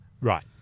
Right